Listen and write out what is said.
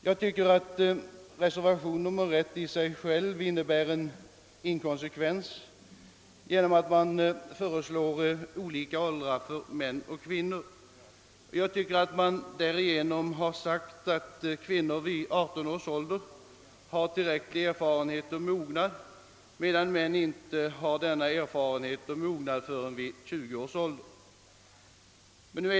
Jag tycker att reservationen 1 i sig själv innehär en inkonsekvens, eftersom reservanterna föreslår olika åldrar för män och kvinnor. Reservanterna vill tydligen göra gällande att kvinnor vid 18 års ålder har tillräcklig erfarenhet och mognad, medan däremot män inte har det förrän vid 21 år.